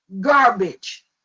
garbage